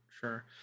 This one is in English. sure